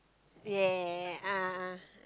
ya ya ya a'ah